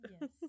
Yes